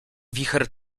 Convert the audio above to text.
wicher